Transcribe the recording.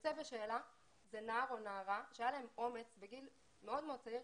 יוצא בשאלה זה נער או נערה שהיה להם אומץ בגיל מאוד-מאוד צעיר